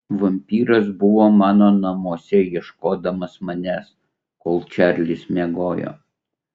vampyras buvo mano namuose ieškodamas manęs kol čarlis miegojo